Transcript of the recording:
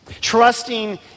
trusting